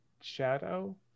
shadow